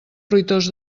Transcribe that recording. fruitós